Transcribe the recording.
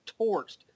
torched